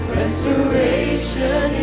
restoration